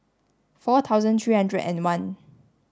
four thousand three hundred and one